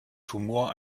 tumor